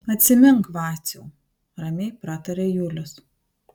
atsimink vaciau ramiai prataria julius